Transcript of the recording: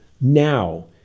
now